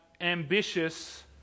ambitious